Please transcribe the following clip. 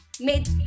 made